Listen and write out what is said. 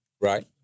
right